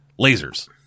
lasers